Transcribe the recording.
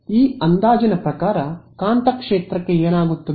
ಈ ಅಂದಾಜಿನ ಪ್ರಕಾರ ಕಾಂತಕ್ಷೇತ್ರಕ್ಕೆ ಏನಾಗುತ್ತದೆ